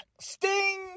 sting